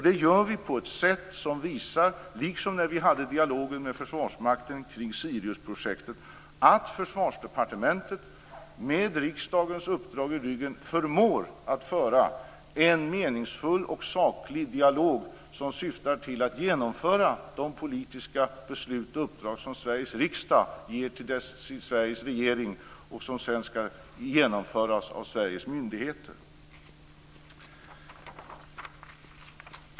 Det gör vi på ett sätt som visar, liksom när vi hade dialogen med Försvarsmakten kring Siriusprojektet, att Försvarsdepartementet med riksdagens uppdrag i ryggen förmår att föra en meningsfull och saklig dialog, som syftar till att verkställa de politiska beslut och uppdrag som Sveriges riksdag ger Sveriges regering och som sedan skall genomföras av Sveriges myndigheter.